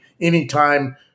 anytime